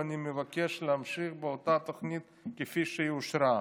ואני מבקש להמשיך באותה תוכנית כפי שהיא אושרה.